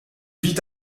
vit